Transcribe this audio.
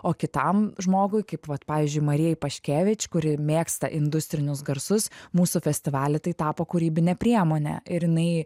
o kitam žmogui kaip vat pavyzdžiui marijai paškevič kuri mėgsta industrinius garsus mūsų festivaly tai tapo kūrybine priemone ir jinai